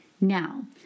Now